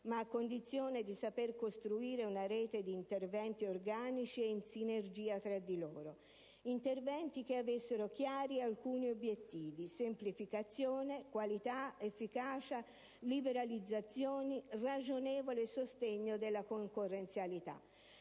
ma a condizione di saper costruire una rete di interventi organici e in sinergia tra di loro; interventi che avessero chiari alcuni obiettivi: semplificazione, qualità, efficacia, liberalizzazioni, ragionevole sostegno della concorrenzialità.